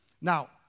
Now